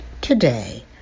Today